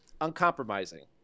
Uncompromising